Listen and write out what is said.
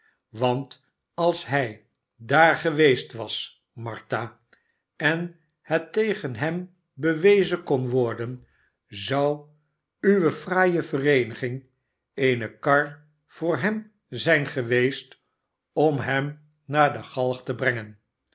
want als hij daar geweest was martha en het tegen hem bewezen kon worden zou uwe fraaie vereeniging eene kar voor hem zijn geweest om hem naar de galg te brengen